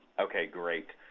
okay. great.